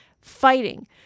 fighting